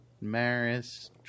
Maris